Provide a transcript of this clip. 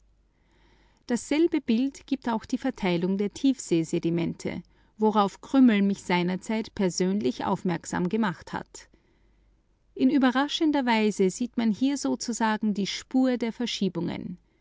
der tiefseeböden gibt auch die verteilung der tiefsee worauf krümmel mich seinerzeit persönlich aufmerksam gemacht hat in überraschender weise sieht man hier sozusagen die spur der verschiebungen